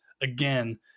again